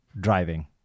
Driving